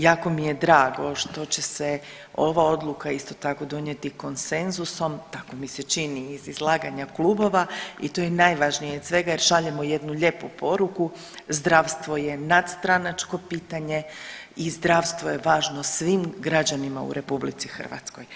Jako mi je drago što će se ova odluka isto tako donijeti konsenzusom, tako mi se čini iz izlaganja klubova i to je najvažnije od svega jer šaljemo jednu lijepu poruku zdravstvo je nadstranačko pitanje i zdravstvo je važno svim građanima u Republici Hrvatskoj.